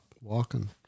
walking